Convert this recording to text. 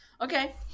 Okay